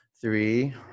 three